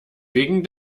wegen